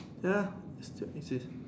ya this is